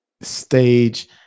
stage